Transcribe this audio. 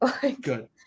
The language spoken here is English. Good